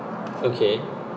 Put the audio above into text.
okay